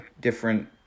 different